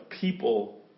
people